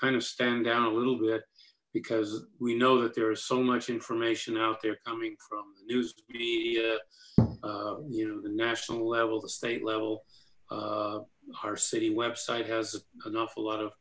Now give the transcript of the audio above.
kind of stand down a little bit because we know that there are so much information out there coming from the news to be you know the national level the state level our city website has an awful lot of